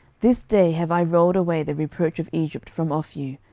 this day have i rolled away the reproach of egypt from off you.